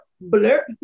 blur